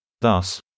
Thus